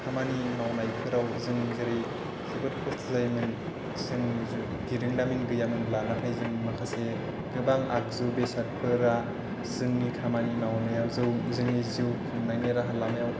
खामानि मावनायफोराव जों जेरै जोबोद खस्थ' जायोमोन जों बिरोंदामिन गैयामोनब्ला नाथाय जोंनि माखासे गोबां आगजु बेसादफोरा जोंनि खामानि मावनायाव जौ जोंनि जिउ खुंनायनि राहा लामायाव